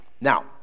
Now